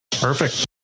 Perfect